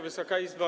Wysoka Izbo!